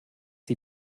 sie